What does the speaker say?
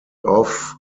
off